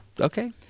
Okay